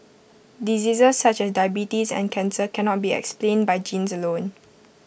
diseases such as diabetes and cancer cannot be explained by genes alone